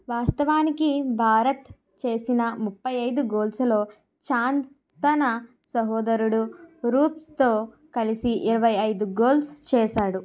వాస్తవానికి భారత్ చేసిన ముప్పై ఐదు గోల్స్లో చాంద్ తన సహోదరుడు రూప్స్తో కలిసి ఇరవై ఐదు గోల్స్ చేసాడు